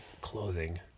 clothing